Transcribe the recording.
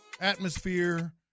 atmosphere